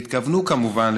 והתכוונו כמובן,